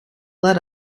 led